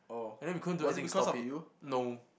and then we couldn't do anything to stop it no